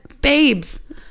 babes